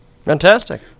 Fantastic